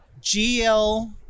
gl